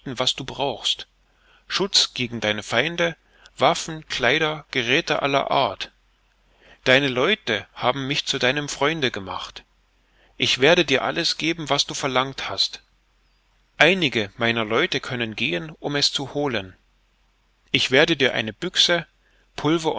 was du brauchst schutz gegen deine feinde waffen kleider geräthe aller art deine worte haben mich zu deinem freunde gemacht ich werde dir alles geben was du verlangt hast einige meiner leute können gehen um es zu holen ich werde dir eine büchse pulver